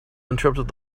interrupted